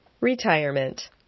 Retirement